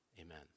Amen